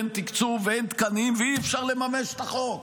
אין תקצוב ואין תקנים ואי-אפשר לממש את החוק.